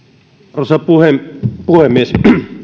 arvoisa puhemies